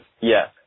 Yes